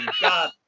God